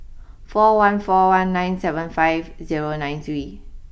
four one four one nine seven five zero nine three